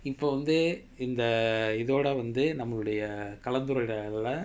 இபோ வந்து இந்த இதோட வந்து நம்மளுடைய கலந்துரையாடல:ippo vanthu intha ithoda vanthu nammaludaiya kalanthurayadala